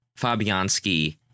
Fabianski